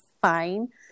fine